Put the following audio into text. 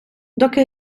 доки